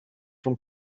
from